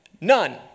None